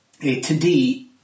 today